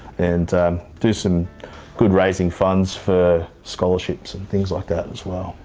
and do some good, raising funds for scholarships and things like that as well.